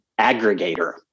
aggregator